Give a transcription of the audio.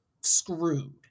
screwed